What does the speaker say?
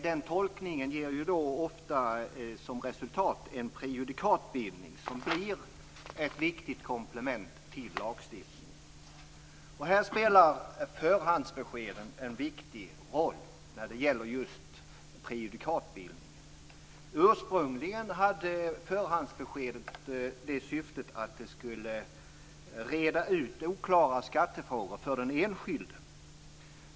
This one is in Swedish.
Den tolkningen ger ofta som resultat en prejudikatbildning som blir ett viktigt komplement till lagstiftningen. Just när det gäller prejudikatbildningen spelar förhandsbeskeden en viktig roll. Ursprungligen hade förhandsbeskedet det syftet att det skulle reda ut oklara skattefrågor för den enskilde.